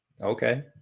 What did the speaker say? Okay